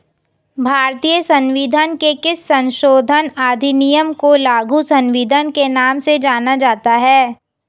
भारतीय संविधान के किस संशोधन अधिनियम को लघु संविधान के नाम से जाना जाता है?